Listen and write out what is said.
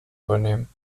übernehmen